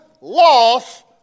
loss